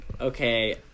okay